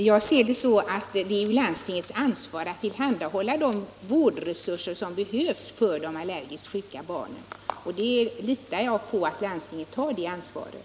Herr talman! Landstinget har det lagliga ansvaret för att tillhandahålla de vårdresurser som behövs för de allergiskt sjuka barnen, och jag litar på att landstinget också tar det ansvaret.